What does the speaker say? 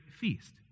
feast